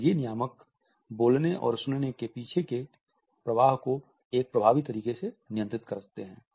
और ये नियामक बोलने और सुनने के पीछे के प्रवाह को एक प्रभावी तरीके से नियंत्रित करते हैं